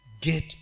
get